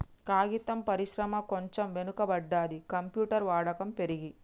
కాగితం పరిశ్రమ కొంచెం వెనక పడ్డది, కంప్యూటర్ వాడకం పెరిగి